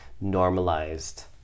normalized